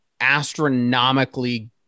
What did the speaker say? astronomically